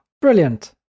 brilliant